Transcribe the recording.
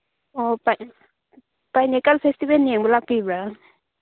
ꯑꯣ pineapple festival ꯌꯦꯡꯕ ꯂꯥꯛꯄꯤꯕ꯭ꯔ